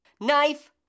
Knife